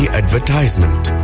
advertisement